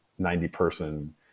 90-person